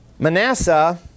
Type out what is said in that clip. Manasseh